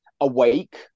awake